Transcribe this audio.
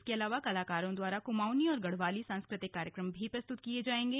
इसके अलावा कलाकारों द्वारा कुमाऊंनी और गढ़वाली सांस्कृतिक कार्यक्रम भी प्रस्तुत किये जायेंगे